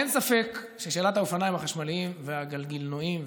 אין ספק ששאלת האופניים החשמליים והגלגינועים,